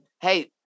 Hey